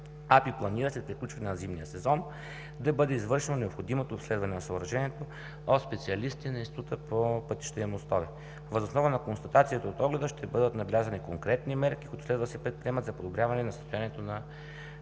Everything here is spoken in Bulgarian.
АПИ планира, след приключване на зимния сезон, да бъде извършено необходимото обследване на съоръжението от специалисти на Института по пътища и мостове. Въз основа на констатацията от огледа ще бъдат набелязани конкретни мерки, които следва да се предприемат за подобряване на състоянието на